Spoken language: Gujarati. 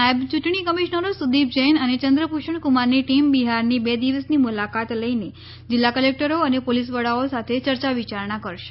નાયબ ચૂંટણી કમિશનરો સુદીપ જૈન અને ચંદ્રભૂષણ ક્રમારની ટીમ બિહારની બે દિવસની મુલાકાત લઈને જિલ્લા કલેક્ટરો અને પોલીસ વડાઓ સાથે ચર્ચા વિચારણા કરશે